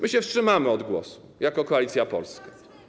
My się wstrzymamy od głosu jako Koalicja Polska.